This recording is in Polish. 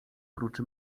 prócz